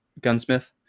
gunsmith